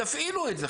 ותפעילו את זה,